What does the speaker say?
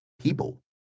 people